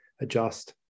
adjust